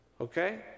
okay